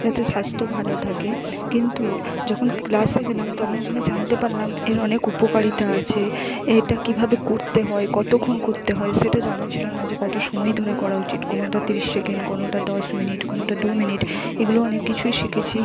যাতে স্বাস্থ্য ভালো থাকে কিন্তু যখন ক্লাসে গেলাম তখন ওখানে জানতে পারলাম এর অনেক উপকারিতা আছে এটা কী ভাবে করতে হয় কতক্ষণ করতে হয় সেটা জানা ছিল না যে কত সময় ধরে করা উচিত কোনোটা তিরিশ সেকেন্ড কোনোটা দশ মিনিট কোনোটা দু মিনিট এগুলো অনেক কিছুই শিখেছি